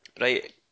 Right